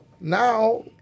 now